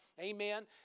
amen